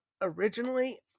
Originally